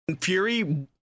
fury